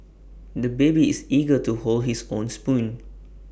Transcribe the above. the baby is eager to hold his own spoon